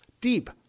deep